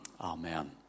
Amen